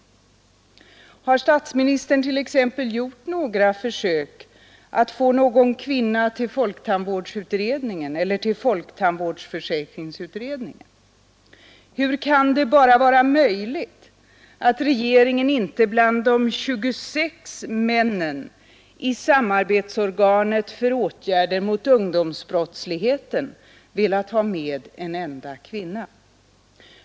Har statsministern t.ex. gjort några försök att få någon kvinna till folktandvårdsutredningen eller till utredningen om tandvårdsförsäkring? Hur kan det vara möjligt att regeringen inte bland de 26 männen i samarbetsorganet för åtgärder mot ungdomsbrottsligheten velat ha med en enda kvinna?